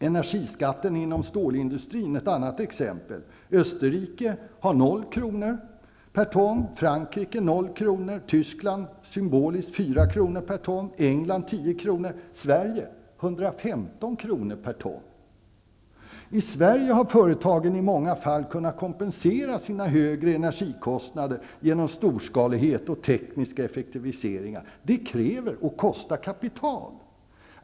Energiskatten inom stålindustrin är ett annat exempel. Österrike har en skatt på 0 kr. per ton, England 10 kr. och Sverige 115 kr. per ton. I Sverige har företagen i många fall kunnat kompensera sina högre energikostnader genom storskalighet och tekniska effektiviseringar. Det kräver och kostar kapital.